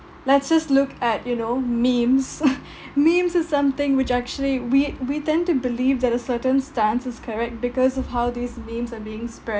let's just look at you know memes memes is something which actually we we tend to believe that a certain stance is correct because of how these memes are being spread